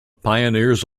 pioneers